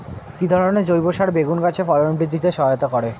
কি ধরনের জৈব সার বেগুন গাছে ফলন বৃদ্ধিতে সহায়তা করে?